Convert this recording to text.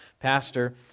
pastor